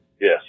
Yes